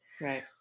Right